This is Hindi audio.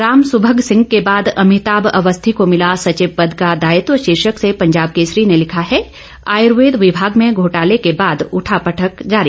रामसुभग सिंह के बाद अमिताभ अवस्थी को मिला सचिव पद का दायित्व शीर्षक से पंजाब केसरी ने लिखा है आयुर्वेद विभाग में घोटाले के बाद उठापटक जारी